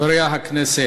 תודה, חברי הכנסת,